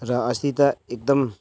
र अस्ति त एकदम